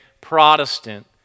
Protestant